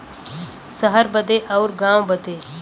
सहर बदे अउर गाँव बदे